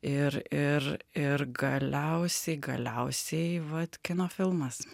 ir ir ir galiausiai galiausiai vat kino filmas